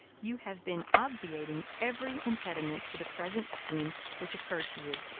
you have been obviating every impediment to the present scheme which occurred to you,